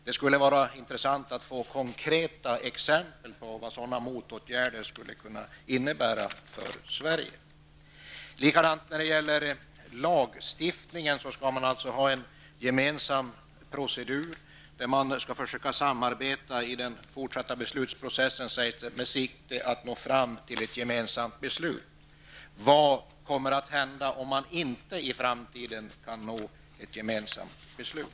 Det skulle vara intressant att få konkreta exempel på vad sådana motåtgärder skulle kunna innebära för Sverige. När det gäller lagstiftningen skall man ha en gemensam procedur där man skall försöka samarbeta i den fortsatta beslutsprocessen med sikte på att nå fram till ett gemensamt beslut. Vad kommer att hända om man i framtiden inte kan nå ett gemensamt beslut?